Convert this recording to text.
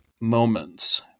moments